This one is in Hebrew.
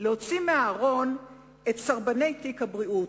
להוציא מהארון את סרבני תיק הבריאות.